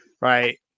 right